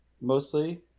mostly